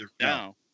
No